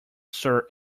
sir